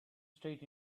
straight